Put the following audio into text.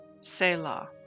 Selah